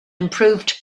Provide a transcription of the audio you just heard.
improved